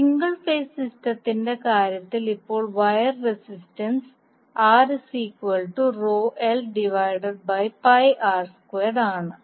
single phase സിസ്റ്റത്തിന്റെ കാര്യത്തിൽ ഇപ്പോൾ വയർ റെസിസ്റ്റൻസ് ആണ്